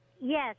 Yes